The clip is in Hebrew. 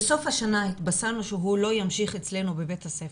בסוף השנה התבשרנו שהוא לא ימשיך אצלנו בבית הספר.